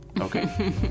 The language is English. okay